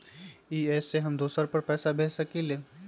इ सेऐ हम दुसर पर पैसा भेज सकील?